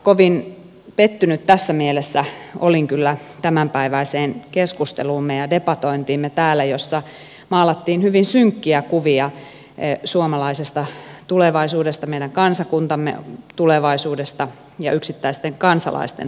kovin pettynyt tässä mielessä olin kyllä tämänpäiväiseen keskusteluumme ja debatointiimme täällä jossa maalattiin hyvin synkkiä kuvia suomalaisesta tulevaisuudesta meidän kansakuntamme tulevaisuudesta ja yksittäisten kansalaisten tulevaisuudesta